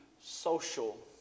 social